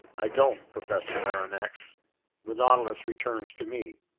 i don't, professor aronnax the nautilus returns to me.